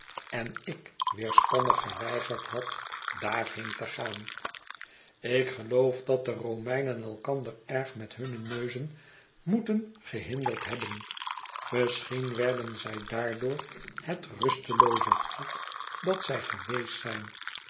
en ik weerspannig geweigerd had daarheen te gaan ik geloof dat de romeinen elkander erg met hunne neuzen moeten gehinderd hebben misschien werden zij daardoor het rustelooze volk dat zij geweest zijn